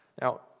Now